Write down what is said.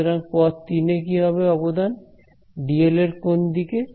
সুতরাং পথ 3 এ কি হবে অবদান ডিএল কোন দিকে